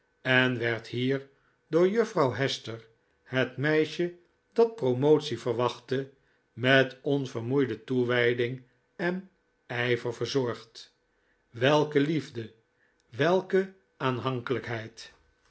en werd hier door juffrouw hester het meisje dat promotie verwachtte met onvermoeide toewijding en ijver verzorgd welke liefde welke